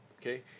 Okay